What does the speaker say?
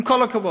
עם כל הכבוד.